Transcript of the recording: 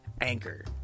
Anchor